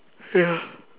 ya